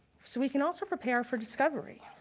so, we can also prepare for discovery.